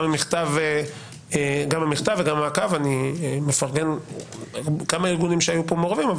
המכתב וגם המעקב כמה ארגונים שהיו פה מעורבים אבל